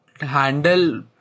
handle